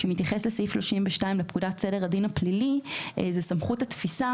שמתייחס לסעיף 32 לפקודת סדר הדין הפלילי סמכות התפיסה